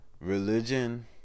religion